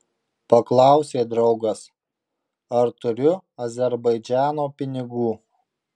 paklausė draugas ar turiu azerbaidžano pinigų